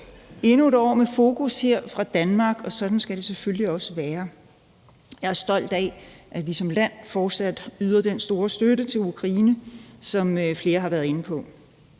endnu et år med fokus her fra Danmark, og sådan skal det selvfølgelig også være. Jeg er stolt af, at vi som land fortsat yder den store støtte til Ukraine, som flere har været inde på.